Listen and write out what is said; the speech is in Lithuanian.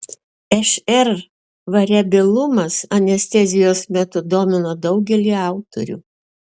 šr variabilumas anestezijos metu domino daugelį autorių